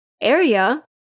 area